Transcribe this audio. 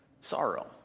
sorrow